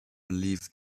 belief